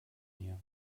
hier